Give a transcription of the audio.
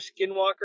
skinwalker